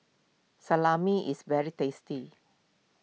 Salami is very tasty